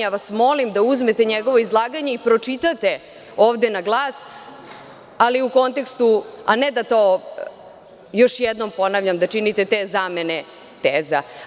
Molim vas da uzmete izlaganje i pročitate ovde na glas, ali u kontekstu, a ne da to, još jednom ponavljam da činite te zamene teza.